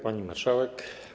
Pani Marszałek!